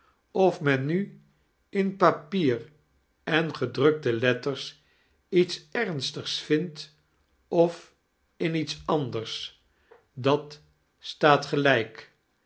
of men nu in papier en gedrukte letters iets ernstigs vindt of in iets anders dat staat gelijk